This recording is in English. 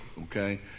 okay